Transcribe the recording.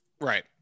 Right